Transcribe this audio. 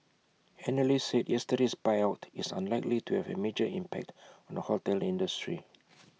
analysts said yesterday's buyout is unlikely to have A major impact on the hotel industry